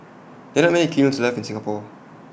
there are many kilns left in Singapore